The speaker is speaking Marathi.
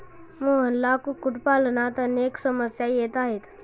मोहनला कुक्कुटपालनात अनेक समस्या येत आहेत